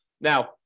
Now